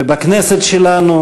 בכנסת שלנו,